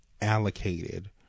allocated